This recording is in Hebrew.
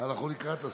אנחנו לקראת הסוף.